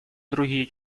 другие